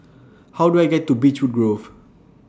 How Do I get to Beechwood Grove